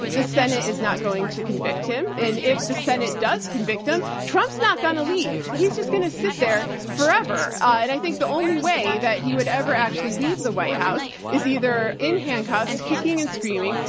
the senate is not going to convict him, and if the senate does convict him, trump's not gonna leave. he's just gonna sit there forever. i think the only way that he would ever actually leave the white house is either in handcuffs, kicking and screaming,